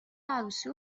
عروسی